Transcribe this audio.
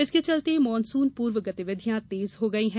इसके चलते मानसून पूर्व गतिविधियां तेज हो गई हैं